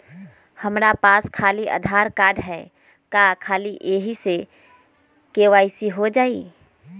हमरा पास खाली आधार कार्ड है, का ख़ाली यही से के.वाई.सी हो जाइ?